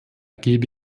gebe